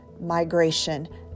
migration